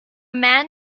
man